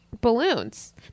balloons